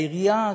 העירייה,